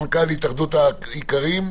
מנכ"ל התאחדות האיכרים.